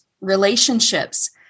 relationships